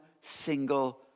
single